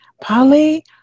Polly